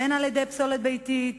על-ידי פסולת ביתית,